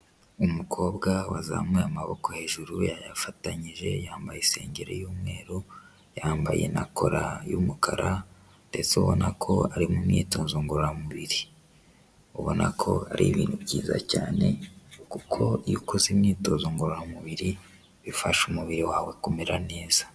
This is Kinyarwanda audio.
Umukobwa wazamuye amaboko hejuru yayafatanyije, yambaye isengeri y'umweru, yambaye na kora y'umukara ndetse ubona ko ari mu myitozo ngororamubiri. Ubona ko ari ibintu byiza cyane kuko iyo ukoze imyitozo ngororamubiri bifasha umubiri wawe kumera neza.